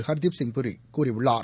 Hardeep Singh பூரிகூறியுள்ளார்